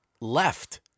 left